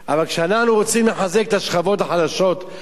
אבל כשאנחנו רוצים לחזק את השכבות החלשות,